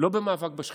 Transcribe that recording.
לא במאבק בשחיתות,